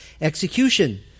execution